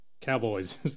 cowboys